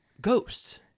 ghosts